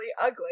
ugly